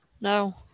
no